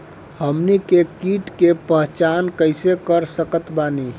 हमनी के कीट के पहचान कइसे कर सकत बानी?